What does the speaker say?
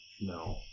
No